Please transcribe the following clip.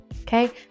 okay